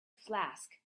flask